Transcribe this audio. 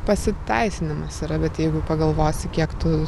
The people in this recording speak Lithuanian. pasiteisinimas yra bet jeigu pagalvosi kiek tu